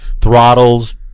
throttles